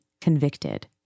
convicted